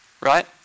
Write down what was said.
Right